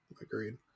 Agreed